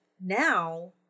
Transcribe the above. now